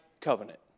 covenant